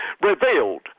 Revealed